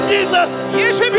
Jesus